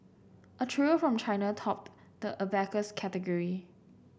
a trio from China topped the abacus category